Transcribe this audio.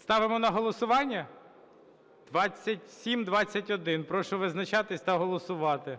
Ставимо на голосування? 2721. Прошу визначатись та голосувати.